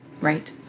right